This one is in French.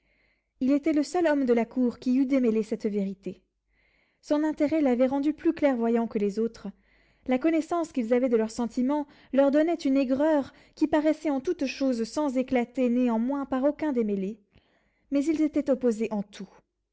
il était le seul homme de la cour qui eût démêlé cette vérité son intérêt l'avait rendu plus clairvoyant que les autres la connaissance qu'ils avaient de leurs sentiments leur donnait une aigreur qui paraissait en toutes choses sans éclater néanmoins par aucun démêlé mais ils étaient opposés en tout